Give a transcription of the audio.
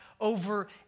over